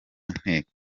nteko